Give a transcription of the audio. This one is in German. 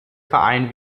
verein